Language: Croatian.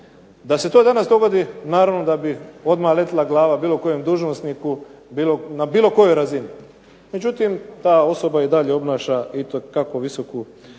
Da se to danas dogodi naravno da bi odmah letila glava bilo kojem dužnosniku na bilo kojoj razini, međutim ta osoba i dalje obnaša itekako visoku